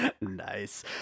Nice